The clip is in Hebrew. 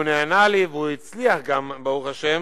והוא נענה לי, והוא גם הצליח, ברוך השם.